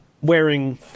Wearing